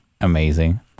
amazing